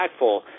impactful